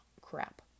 crap